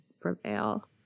prevail